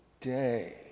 day